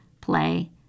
play